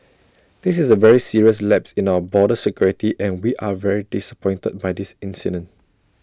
this is A very serious lapse in our border security and we are very disappointed by this incident